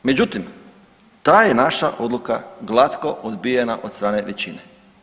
Međutim, ta je naša odluka glatko odbijena od strane većine.